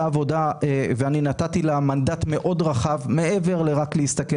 ואני נתתי לה מנדט מאוד רחב מעבר רק להסתכל